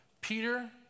Peter